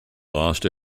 lost